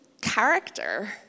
character